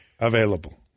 available